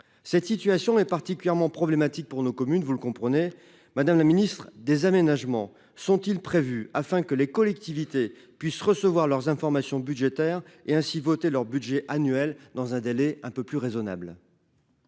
Cette situation est particulièrement problématique pour nos communes, vous le comprenez Madame le Ministre des aménagements sont-ils prévus afin que les collectivités puissent recevoir leurs informations budgétaires et ainsi voter leur budget annuel dans un délai un peu plus raisonnables.